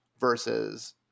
versus